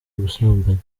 ubusambanyi